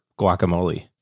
guacamole